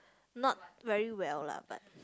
not very well lah but